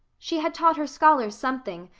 she had taught her scholars something,